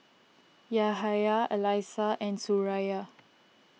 Yahya Alyssa and Suraya